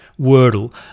Wordle